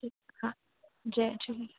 ठीकु आहे हा जय झूलेलाल